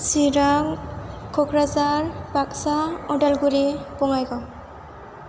Chirang Kokrajhar Baksa Udalguri Bongaigaon